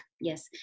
Yes